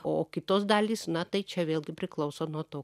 o kitos dalys na tai čia vėlgi priklauso nuo to